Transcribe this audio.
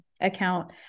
account